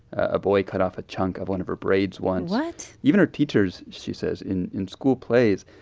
a boy cut off a chunk of one of her braids once what? even her teachers, she says, in in school plays,